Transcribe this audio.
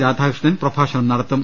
രാധാകൃഷ്ണൻ പ്രഭാഷണം നടത്തും